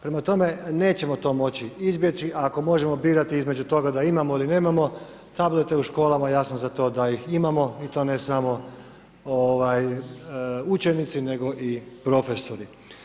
Prema tome, nećemo to moći izbjeći, ako možemo birati između toga da imamo ili nemamo tablete u školama, ja sam za to da ih imamo i to ne samo učenici, nego i profesori.